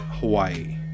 Hawaii